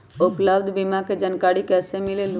उपलब्ध बीमा के जानकारी कैसे मिलेलु?